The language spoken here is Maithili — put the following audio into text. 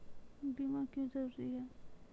बीमा क्यों जरूरी हैं?